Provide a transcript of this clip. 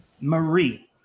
Marie